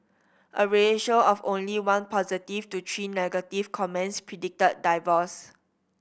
a ratio of only one positive to three negative comments predicted divorce